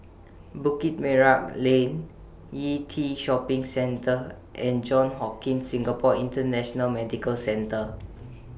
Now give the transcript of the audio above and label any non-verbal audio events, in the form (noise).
Bukit Merah Lane Yew Tee Shopping Centre and Johns Hopkins Singapore International Medical Centre (noise)